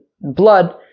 blood